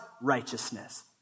righteousness